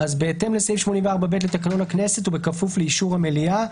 "בהתאם לסעיף 84ב' לתקנון הכנסת ובכפוף לאישור המליאה,